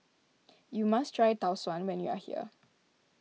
you must try Tau Suan when you are here